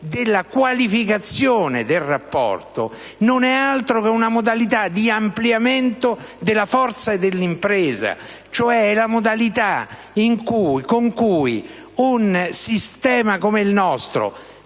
della qualificazione del rapporto, non è altro che una modalità di ampliamento della forza dell'impresa. Si tratta della modalità con cui un sistema come il nostro,